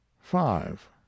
five